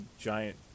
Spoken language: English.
giant